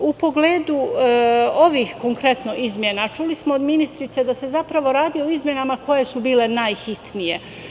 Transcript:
U pogledu ovih konkretno izmena, čuli smo od ministrice da se zapravo radi o izmenama koje su bile najhitnije.